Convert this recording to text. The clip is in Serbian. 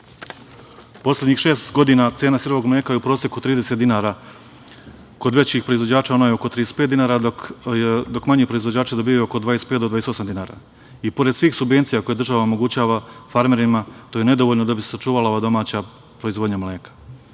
mleka. Poslednjih šest godina cena sirovog mleka je u proseku 30 dinara, kod većih proizvođača je oko 35 dinara, dok manji proizvođači dobijaju oko 25 do 28 dinara. Pored svih subvencija koje država omogućava farmerima to je nedovoljno da bi se sačuvala ova domaća proizvodnja mleka.